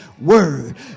word